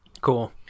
cool